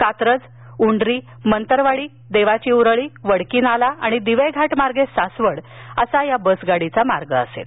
कात्रज उंड्री मंतरवाडी देवाची उरुळी वडकी नाला आणि दिवे घाट मार्गे सासवड असा या बसगाडीचा मार्ग असेल